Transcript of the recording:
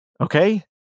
Okay